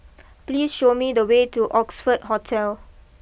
please show me the way to Oxford Hotel